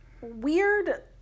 weird